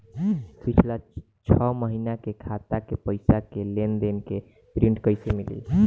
पिछला छह महीना के खाता के पइसा के लेन देन के प्रींट कइसे मिली?